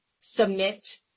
submit